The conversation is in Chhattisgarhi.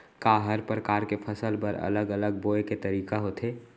का हर प्रकार के फसल बर अलग अलग बोये के तरीका होथे?